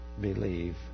believe